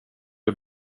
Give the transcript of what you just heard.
det